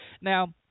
Now